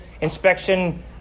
inspection